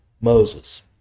Moses